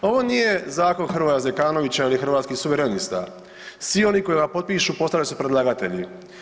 Ovo nije zakon Hrvoja Zekanovića ili Hrvatskih suverenista, svi oni koji ga potpišu, postali su predlagatelji.